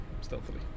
stealthily